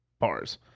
Bars